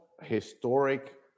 historic